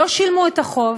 לא שילמו את החוב,